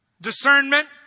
discernment